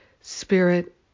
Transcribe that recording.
Spirit